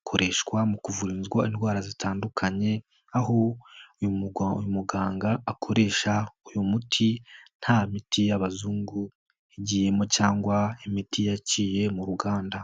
Ukoreshwa mu kuvuzwa indwara zitandukanye. Aho uyu muganga akoresha uyu muti nta miti y'abazungu ugiyemo cyangwa imiti yaciye mu ruganda.